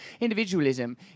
Individualism